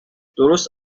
درست